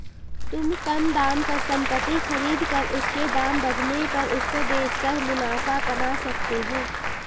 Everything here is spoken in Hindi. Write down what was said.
तुम कम दाम पर संपत्ति खरीद कर उसके दाम बढ़ने पर उसको बेच कर मुनाफा कमा सकते हो